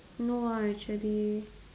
no ah actually